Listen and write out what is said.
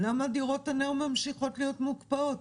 למה דירות הנ"ר ממשיכות להיות מוקפאות?